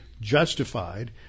justified